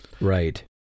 Right